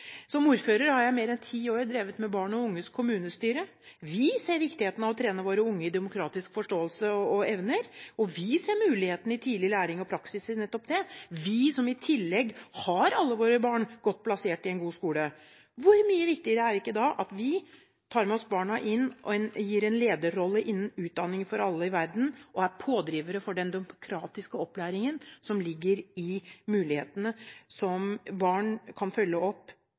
Som ordfører har jeg i mer enn ti år drevet med barn og unges kommunestyre. Vi ser viktigheten av å trene våre unge i deres demokratiske forståelse og evner. Vi ser muligheten i tidlig læring og praksis i nettopp dette – vi, som i tillegg har alle våre barn godt plassert i en god skole. Hvor mye viktigere er det ikke da at vi tar med oss alle barn inn, tar en lederrolle innenfor utdanning for alle i verden og er pådrivere for den demokratiske opplæringen når barn lærer om sine plikter og muligheter i